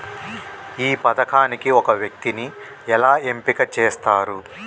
ఈ పథకానికి ఒక వ్యక్తిని ఎలా ఎంపిక చేస్తారు?